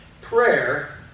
Prayer